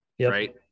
right